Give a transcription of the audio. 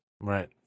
Right